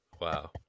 Wow